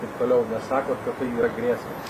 taip toliau nes sakot kad tai yra grėsmės